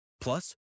Plus